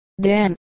Dan